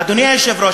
אדוני היושב-ראש,